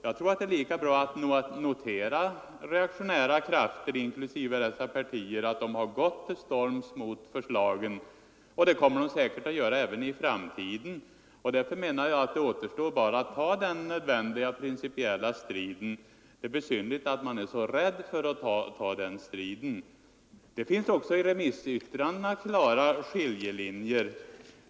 Jag tror att det är lika bra att notera att reaktionära krafter inklusive dessa partier har gått till storms mot förslaget, och det kommer de säkert att göra även i framtiden. Därför menar jag att det bara återstår att ta den nödvändiga principiella striden. Det är besynnerligt att man är så rädd för att göra det. Det finns också i remissyttrandena klara skiljelinjer.